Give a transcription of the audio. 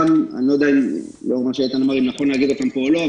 אני לא יודע אם נכון להגיד אותן פה או לא,